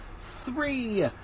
three